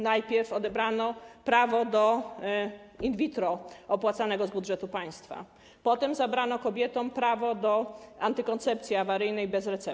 Najpierw odebrano prawo do in vitro opłacanego z budżetu państwa, potem zabrano kobietom prawo do antykoncepcji awaryjnej bez recepty.